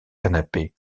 canapé